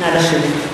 נא לשבת.